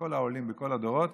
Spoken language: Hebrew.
וכל העולים מכל הדורות,